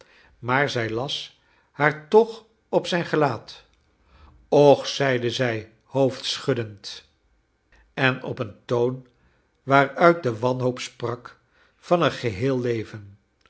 maar zij las haar toch op zijn gelaat och zeide zij hoofdschuddend en op een toon waaruit de wanhoqp sprak van een geheel leven